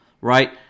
right